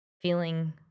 feeling